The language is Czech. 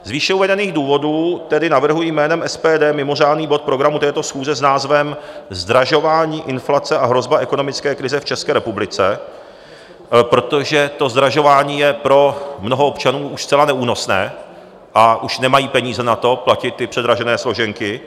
Z výše uvedených důvodů tedy navrhuji jménem SPD mimořádný bod programu této schůze s názvem Zdražování, inflace a hrozba ekonomické krize v České republice, protože zdražování je pro mnoho občanů už zcela neúnosné a už nemají peníze na to, platit ty předražené složenky.